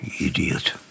Idiot